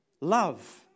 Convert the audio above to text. love